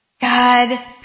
God